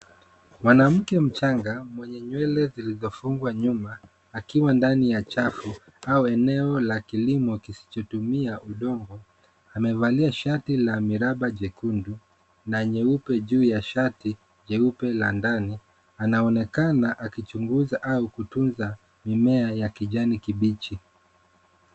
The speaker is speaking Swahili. Mwanamke mchanga mwenye nywele zilizofungwa nyuma akiwa ndani ya chafu au eneo la kilimo kisichotumia udongo amevalia shati la miraba jekundu na nyeupe juu ya shati jeupe la ndani. anaonekana akichunguza au kutunza mimea ya kijani kibichi.